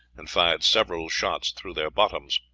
and fired several shots through their bottoms.